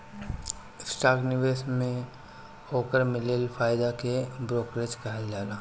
stock निवेश से ओकर मिलल फायदा के ब्रोकरेज कहल जाला